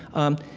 um,